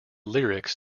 lyrics